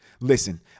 Listen